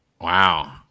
Wow